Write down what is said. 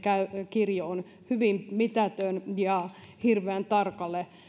kirjo on hyvin mitätön ja hirveän tarkalle